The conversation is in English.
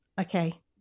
okay